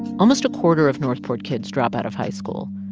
almost a quarter of north port kids drop out of high school.